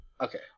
Okay